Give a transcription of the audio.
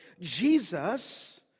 Jesus